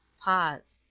pause.